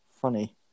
funny